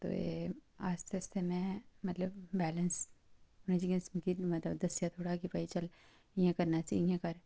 ते आस्तै आस्तै में मतलब बैलेंस मिगी दस्सेआ थोह्ड़ा भाई चल इं'या करना इसी इं'या कर